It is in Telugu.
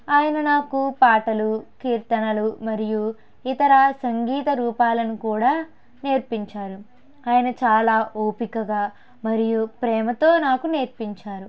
ఆయన నాకు పాటలు కీర్తనలు మరియు ఇతర సంగీత రూపాలను కూడా నేర్పించారు ఆయన చాలా ఓపికగా మరియు ప్రేమతో నాకు నేర్పించారు